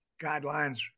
guidelines